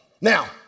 Now